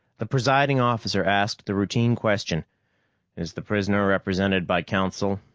the presiding officer asked the routine question is the prisoner represented by counsel?